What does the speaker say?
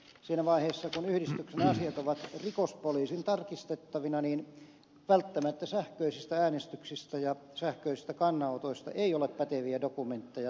siinä vaiheessa kun yhdistyksen asiat ovat rikospoliisin tarkistettavina välttämättä sähköisistä äänestyksistä ja sähköisistä kannanotoista ei ole päteviä dokumentteja tallella